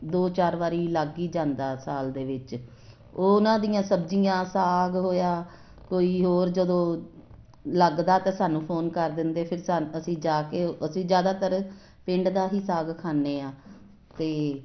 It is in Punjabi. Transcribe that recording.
ਦੋ ਚਾਰ ਵਾਰੀ ਲੱਗ ਹੀ ਜਾਂਦਾ ਸਾਲ ਦੇ ਵਿੱਚ ਉਹਨਾਂ ਦੀਆਂ ਸਬਜ਼ੀਆਂ ਸਾਗ ਹੋਇਆ ਕੋਈ ਹੋਰ ਜਦੋਂ ਲੱਗਦਾ ਤਾਂ ਸਾਨੂੰ ਫੋਨ ਕਰ ਦਿੰਦੇ ਫਿਰ ਸਾ ਅਸੀਂ ਜਾ ਕੇ ਅਸੀਂ ਜ਼ਿਆਦਾਤਰ ਪਿੰਡ ਦਾ ਹੀ ਸਾਗ ਖਾਂਦੇ ਹਾਂ ਅਤੇ